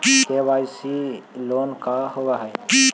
KCC loan का होब हइ?